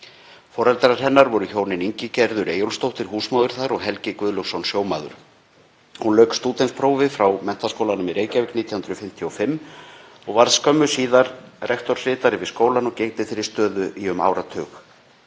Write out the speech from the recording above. Foreldrar hennar voru hjónin Ingigerður Eyjólfsdóttir húsmóðir og Helgi Guðlaugsson sjómaður. Hún lauk stúdentsprófi frá Menntaskólanum í Reykjavík 1955 og varð skömmu síðar rektorsritari við skólann og gegndi þeirri stöðu í um áratug.